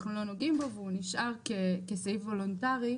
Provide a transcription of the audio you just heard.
אנחנו לא נוגעים בו והוא נשאר כסעיף וולונטרי,